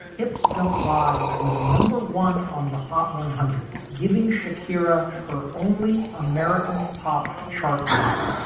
hips don't lie. it was number one on the hot one hundred, giving shakira her only american pop chart topper